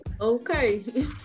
Okay